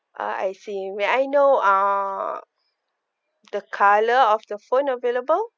ah I see may I know uh the colour of the phone available